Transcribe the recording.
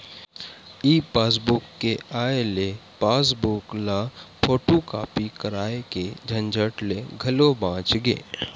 ई passbook के आए ले पासबूक ल फोटूकापी कराए के झंझट ले घलो बाच गे